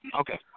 Okay